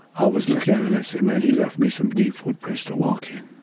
i was looking at it, i said, man, he left me some deep footprints to walk in.